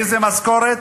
מאיזה משכורת,